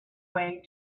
way